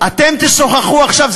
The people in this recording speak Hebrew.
אתם תשוחחו עכשיו,